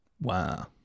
Wow